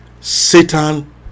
Satan